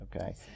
okay